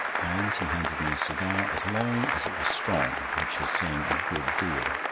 and he handed me a cigar as long as it was strong, which is saying a good deal.